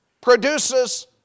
produces